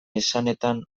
esanetan